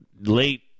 late